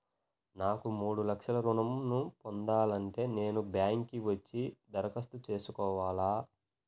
నాకు మూడు లక్షలు ఋణం ను పొందాలంటే నేను బ్యాంక్కి వచ్చి దరఖాస్తు చేసుకోవాలా?